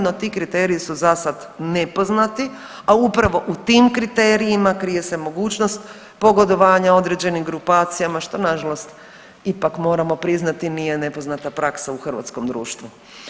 No, ti kriteriji su za sad nepoznati, a upravo u tim kriterijima krije se mogućnost pogodovanja određenim grupacijama što na žalost ipak moramo priznati nije nepoznata praksa u hrvatskom društvu.